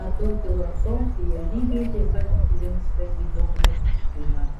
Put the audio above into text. natūrfilosofija lygiai taip pat linksta į dogmatiškumą